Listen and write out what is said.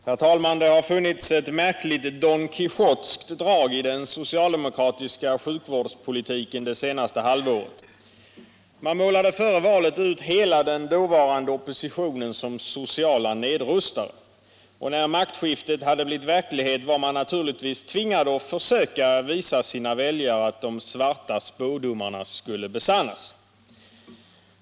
Herr talman! Det har funnits ett märkligt donquijotskt drag i den socialdemokratiska sjukvårdspolitiken det senaste halvåret. Man målade före valet ut hela den dåvarande oppositionen som sociala nedrustare. Och när maktskiftet hade blivit verklighet var man naturligtvis tvingad att försöka visa sina väljare att de svarta spådomarna skulle besannas.